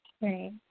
Right